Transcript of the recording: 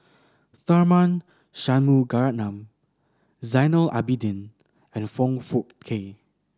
Tharman Shanmugaratnam Zainal Abidin and Foong Fook Kay